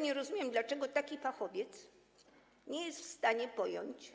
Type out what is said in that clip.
Nie rozumiem, dlaczego taki fachowiec nie jest w stanie pojąć,